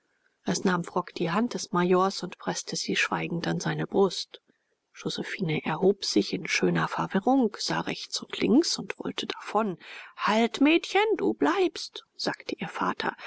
es nahm frock die hand des majors und preßte sie schweigend an seine brust josephine erhob sich in schöner verwirrung sah rechts und links und wollte davon halt mädchen du bleibst sagte ihr vater